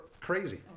crazy